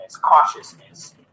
cautiousness